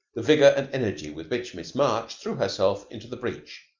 the vigor and energy with which miss march threw herself into the breach.